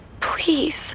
Please